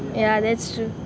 yeah that's true